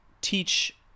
teach